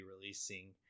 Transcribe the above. releasing